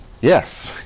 Yes